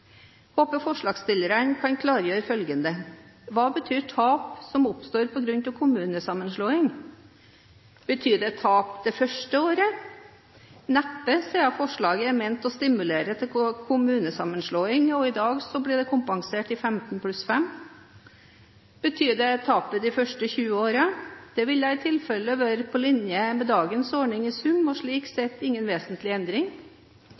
håper forslagsstillerne kan klargjøre følgende: Hva betyr tap som oppstår på grunn av kommunesammenslåing? Betyr det tap det første året? Neppe, siden forslaget er ment å stimulere til kommunesammenslåing. I dag blir det kompensert i 15 pluss 5 år. Betyr det tap de første 20 årene? Det ville i tilfelle være på linje med dagens ordning i sum, og slik sett ingen vesentlig endring.